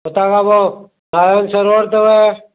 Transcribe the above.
हुतांखां पोइ नारायण सरोवर अथव